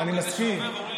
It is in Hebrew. אני מסכים.